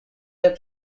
left